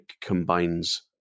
combines